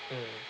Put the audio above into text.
mm